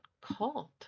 called